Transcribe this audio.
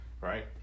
right